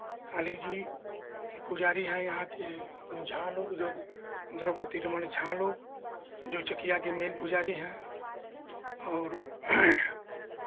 काली जी की पुजारी हैं यहाँ के झा लोग जो द्रौपदीरमण झा लोग जो चकिया के मेन पुजारी हैं और